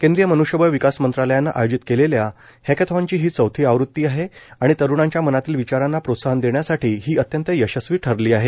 केंद्रीय मन्ष्यबळ विकास मंत्रालयानं आयोजित केलेल्या हक्केथॉनची ही चौथी आवृत्ती आहे आणि तरुणांच्या मनातील विचारांना प्रोत्साहन देण्यासाठी ही अत्यंत यशस्वी ठरली आहे